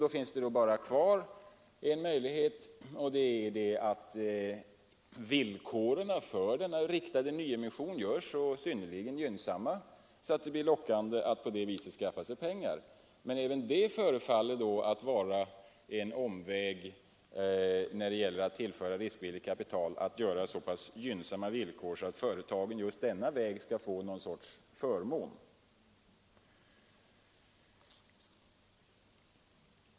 Då finns det bara kvar en möjlighet, nämligen att villkoren för denna riktade nyemission görs så synnerligen gynnsamma att det blir lockande att på det sättet skaffa sig pengar. Men att göra villkoren så gynnsamma att företagen just denna väg skall få någon sorts förmån förefaller även det att vara en omväg.